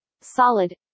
solid